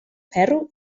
ferro